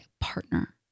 Partner